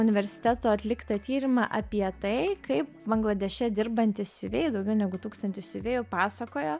universiteto atliktą tyrimą apie tai kaip bangladeše dirbantys siuvėjai daugiau negu tūkstantis siuvėjų pasakoja